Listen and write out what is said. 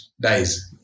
dies